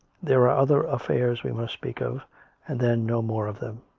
there are other affairs we must speak of and then no more of them.